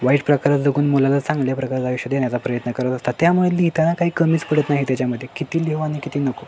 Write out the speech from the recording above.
वाईट प्रकारे जगून मुलाला चांगल्या प्रकारचं आयुष्य देण्याचा प्रयत्न करत असतात त्यामुळं लिहिताना काही कमीच पडत नाही त्याच्यामध्ये किती लिहू आणि किती नको